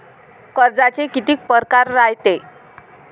कर्जाचे कितीक परकार रायते?